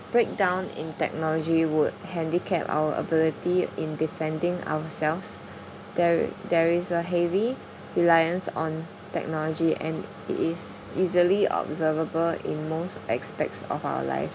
breakdown in technology would handicap our ability in defending ourselves there there is a heavy reliance on technology and it is easily observable in most aspects of our lives